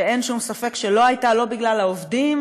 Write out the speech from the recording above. שאין שום ספק שלא היו בגלל העובדים,